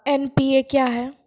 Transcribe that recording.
NPA क्या हैं?